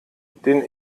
den